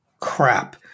crap